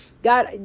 God